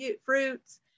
fruits